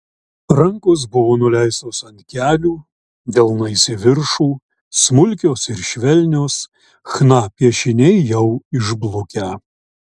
rankos buvo nuleistos ant kelių delnais į viršų smulkios ir švelnios chna piešiniai jau išblukę